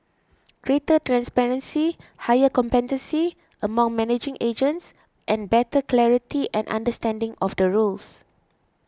greater transparency higher competency among managing agents and better clarity and understanding of the rules